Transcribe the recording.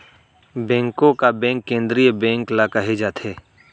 बेंको का बेंक केंद्रीय बेंक ल केहे जाथे